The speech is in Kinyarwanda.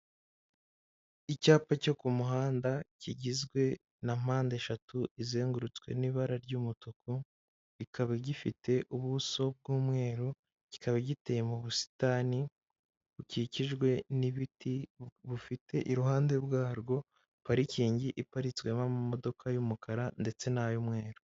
Icyapa cyo ku muhanda kigizwe na mpandeshatu izengurutswe n'ibara ry'umutu, kikaba gifite ubuso bw'umweru, kikaba giteye mu busitani bukikijwe n'ibiti, bufite iruhande bwarwo parikingi iparitswemo imodoka y'umukara ndetse n'ay'umweru.